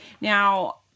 Now